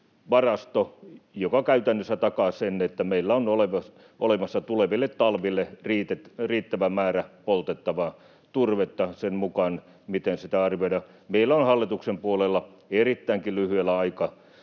varasto, joka käytännössä takaa, että meillä on olemassa tuleville talville riittävä määrä poltettavaa turvetta, sen mukaan, miten sitä arvioidaan. Meillä on hallituksen puolella erittäinkin lyhyellä